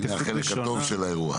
ההתייחסות הראשונה,